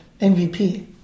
MVP